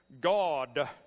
God